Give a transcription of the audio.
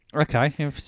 Okay